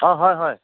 অ হয় হয়